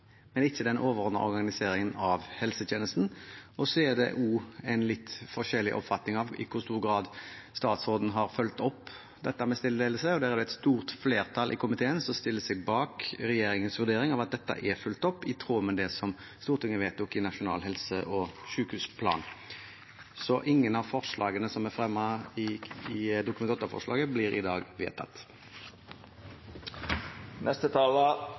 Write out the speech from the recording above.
er også en litt forskjellig oppfatning av i hvor stor grad statsråden har fulgt opp dette med stedlig ledelse, og der er det et stort flertall i komiteen som stiller seg bak regjeringens vurdering av at dette er fulgt opp i tråd med det Stortinget vedtok i Nasjonal helse- og sykehusplan. Ingen av forslagene som er fremmet i Dokument 8-forslaget, blir i dag vedtatt.